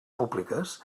públiques